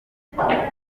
kwiyubaka